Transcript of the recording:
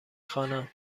خوانم